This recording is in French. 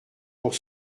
pour